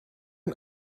and